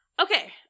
Okay